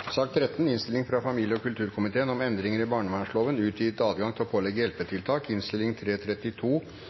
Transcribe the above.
Etter ønske fra familie- og kulturkomiteen vil presidenten foreslå at taletiden blir begrenset til